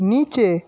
নিচে